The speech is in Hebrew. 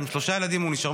עם שלושה ילדים הוא נשאר,